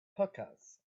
hookahs